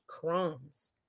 crumbs